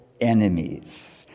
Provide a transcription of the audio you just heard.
enemies